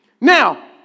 Now